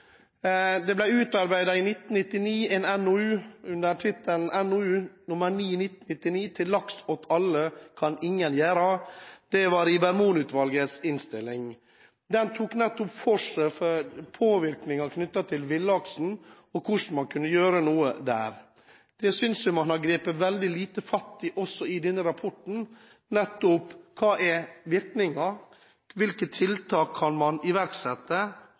1999 ble det utarbeidet en NOU med tittelen NOU 1999:9 Til laks åt alle kan ingen gjera? Dette var Rieber-Mohn-utvalgets innstilling. Der tok man nettopp for seg påvirkninger knyttet til villaksen og hvordan man kunne gjøre noe her. Dette synes jeg man har grepet veldig lite fatt i også i denne rapporten, som f.eks.: Hva er virkningen? Hvilke tiltak kan man iverksette,